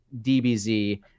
DBZ